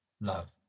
love